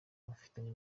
abafitanye